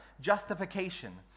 justification